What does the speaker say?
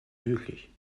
möglich